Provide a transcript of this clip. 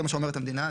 זה מה שאומרת המדינה.